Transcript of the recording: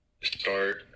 start